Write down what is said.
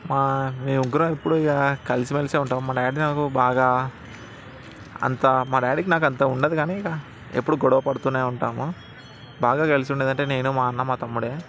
మేమిద్దరం ఎప్పుడు ఇక కలిసిమెలిసే ఉంటాము మా డాడీ నాతో బాగా అంత మా డాడీకి నాకు అంత ఉండదు కానీ ఇక ఎప్పుడూ గొడవ పడుతూనే ఉంటాము బాగా కలిసుండేది అంటే మా అన్న నేను మా తమ్ముడే